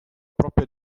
propria